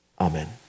Amen